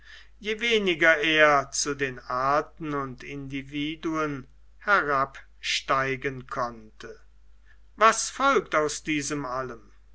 je weniger er zu den arten und individuen herabsteigen konnte was folgt aus diesem allem